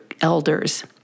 elders